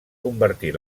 convertir